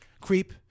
Creep